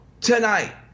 tonight